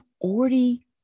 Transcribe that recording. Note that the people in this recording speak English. already